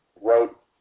wrote